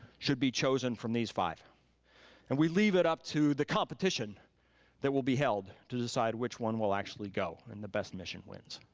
should be chosen from these five and we leave it up to the competition that will be held to decide which one will actually go, and the best mission wins.